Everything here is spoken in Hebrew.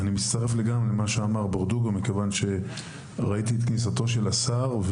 אני מצטרף לגמרי למה שאמר ברדוגו כי ראיתי את כניסתו של השר,